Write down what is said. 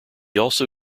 also